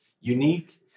unique